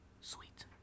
sweet